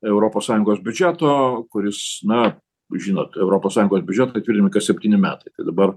europos sąjungos biudžeto kuris na žinot europos sąjungos biudžetai tvirtinami kas septyni metai dabar